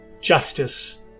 justice